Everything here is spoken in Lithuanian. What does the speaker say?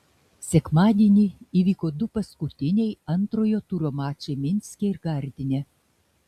sekmadienį įvyko du paskutiniai antrojo turo mačai minske ir gardine